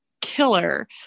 killer